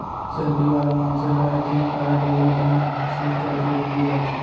salary वाला मनसे ल ए.टी.एम कारड ओला बिना सुल्क के दिये जाथे